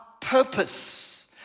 purpose